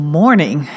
morning